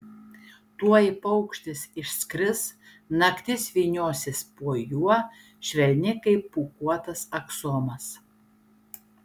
tuoj paukštis išskris naktis vyniosis po juo švelni kaip pūkuotas aksomas